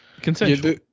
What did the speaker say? consensual